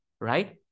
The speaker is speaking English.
Right